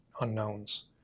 unknowns